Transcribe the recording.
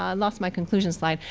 ah and lost my conclusion slide.